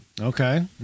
Okay